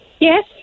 Yes